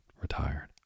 retired